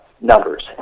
numbers